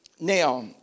Now